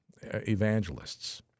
evangelists